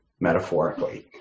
metaphorically